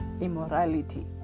immorality